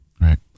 Right